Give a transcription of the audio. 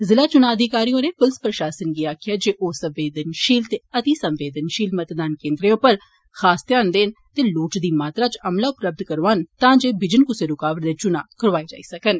जिला चुना अधिकारी होरें पुलस प्रशासन गी आक्खेआ जे ओ संवेदनशील ते अतिसंवेदनशील मतदान केन्द्रे उप्पर खास ध्यान देन ते लोड़चदी मात्रा च अमला उपलब्ध करौआन तां जे बिजन कुसै रुकावट दे चुनां करौआए जाई सकन